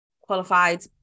qualified